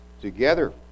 Together